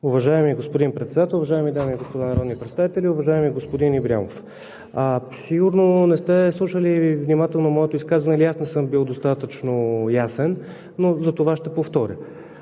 Уважаеми господин Председател, уважаеми дами и господа народни представители! Уважаеми господин Ибрямов, сигурно не сте слушали внимателно моето изказване или аз не съм бил достатъчно ясен, затова ще повторя.